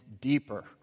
deeper